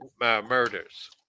murders